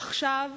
עכשיו